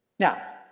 Now